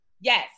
Yes